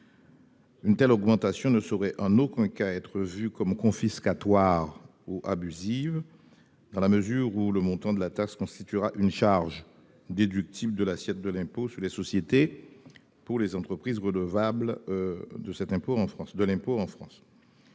Une telle augmentation ne serait en aucun cas confiscatoire ou abusive dans la mesure où le montant de la taxe constituerait une charge déductible de l'assiette de l'impôt sur les sociétés pour les entreprises redevables de l'impôt en France.